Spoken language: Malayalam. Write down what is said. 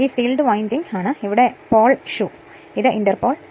ഇത് ഫീൽഡ് വൈൻഡിംഗ് ആണ് ഇത് ഇവിടെ പോൾ ഷൂ ആണ് ഇത് ഇന്റർ പോളാണ്